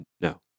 No